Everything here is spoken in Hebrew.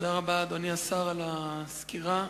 אדוני השר, תודה רבה על הסקירה.